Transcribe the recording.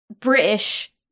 British